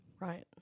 Right